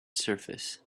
surface